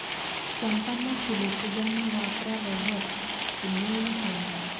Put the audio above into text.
चंपाना फुल्ये पूजामा वापरावंवर पुन्याईनं काम रहास